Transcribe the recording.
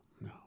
no